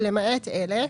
ולמעט אלה: